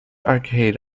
arcade